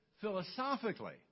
philosophically